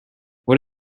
what